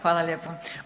Hvala lijepa.